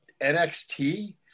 NXT